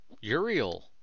Uriel